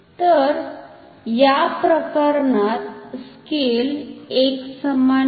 तर या प्रकरणात स्केल एकसमान नाही